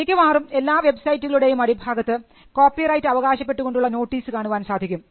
മിക്കവാറും എല്ലാ വെബ്സൈറ്റുകളുടെയും അടിഭാഗത്ത് കോപ്പിറൈറ്റ് അവകാശപ്പെട്ട് കൊണ്ടുള്ള നോട്ടീസ് കാണുവാൻ സാധിക്കും